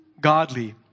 godly